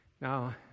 Now